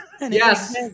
Yes